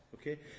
Okay